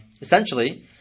Essentially